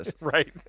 Right